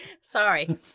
Sorry